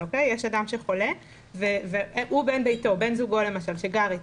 יש אדם שחולה והוא בן זוגו למשל שגר אתו.